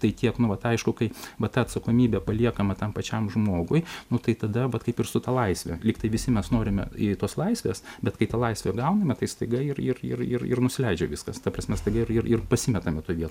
tai tiek nu vat aišku kai vat ta atsakomybė paliekama tam pačiam žmogui nu tai tada vat kaip ir su ta laisve lyg tai visi mes norime jai tos laisvės bet kai tą laisvę gauname tai staiga ir ir ir nusileidžia viskas ta prasme staiga ir ir pasimetame toj vietoj